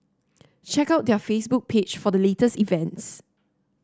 check out their Facebook page for the latest events